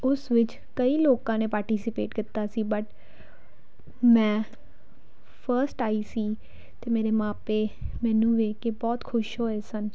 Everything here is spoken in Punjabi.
ਉਸ ਵਿੱਚ ਕਈ ਲੋਕਾਂ ਨੇ ਪਾਰਟੀਸੀਪੇਟ ਕੀਤਾ ਸੀ ਬਟ ਮੈਂ ਫਸਟ ਆਈ ਸੀ ਅਤੇ ਮੇਰੇ ਮਾਪੇ ਮੈਨੂੰ ਵੇਖ ਕੇ ਬਹੁਤ ਖੁਸ਼ ਹੋਏ ਸਨ